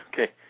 Okay